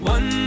One